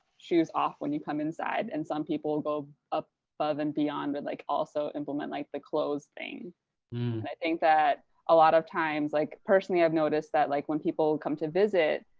shoes off when you come inside. and some people and go ah above and beyond but like also implement like the clothes thing. hmm. and i think that a lot of times, like, personally i've noticed that like when people come to visit,